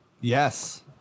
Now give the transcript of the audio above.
Yes